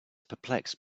perplexed